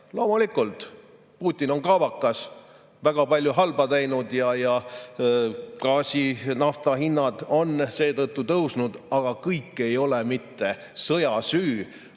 Loomulikult on Putin kaabakas, väga palju halba teinud ning gaasi‑ ja naftahinnad on seetõttu tõusnud, aga kõik ei ole mitte sõja süü,